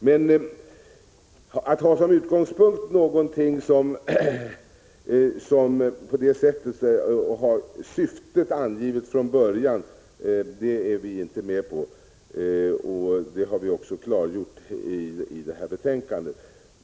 Men att som utgångspunkt ha någonting som på det sättet har syftet angivet från början är vi inte med på, och det har vi också klargjort i betänkandet.